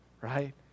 Right